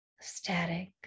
static